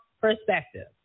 perspective